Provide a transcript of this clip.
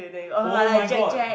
oh-my-god